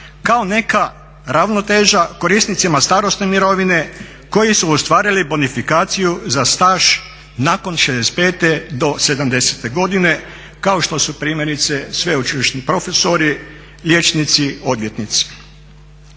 kao neka ravnoteža korisnicima starosne mirovine koji su ostvarili bonifikaciju za staž nakon 65. do 70. godine kao što su primjerice sveučilišni profesori, liječnici, odvjetnici.